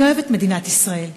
אני אוהבת את מדינת ישראל,